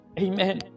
amen